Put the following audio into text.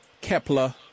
Kepler